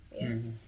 yes